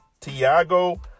Tiago